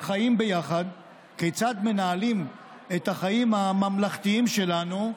חיים ביחד, כיצד מנהלים את החיים הממלכתיים שלנו,